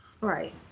Right